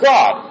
God